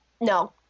No